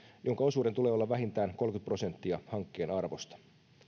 jonka osuuden tulee olla vähintään kolmekymmentä prosenttia hankkeen arvosta